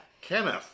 Kenneth